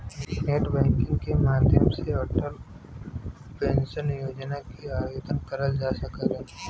net banking के माध्यम से अटल पेंशन योजना में आवेदन करल जा सकला